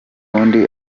bundi